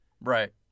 Right